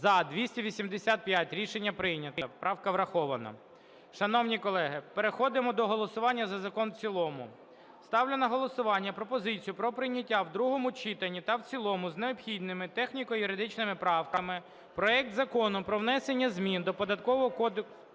За-285 Рішення прийнято. Правка врахована. Шановні колеги, переходимо до голосування за закон в цілому. Ставлю на голосування пропозицію про прийняття в другому читанні та в цілому з необхідними техніко-юридичними правками проект Закону про внесення змін до Податкового кодексу